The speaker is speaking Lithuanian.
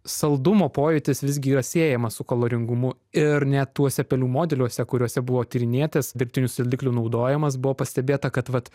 saldumo pojūtis visgi yra siejamas su kaloringumu ir net tuose pelių modeliuose kuriuose buvo tyrinėtas dirbtinių saldiklių naudojimas buvo pastebėta kad vat